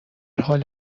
حال